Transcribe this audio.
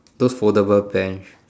those foldable bench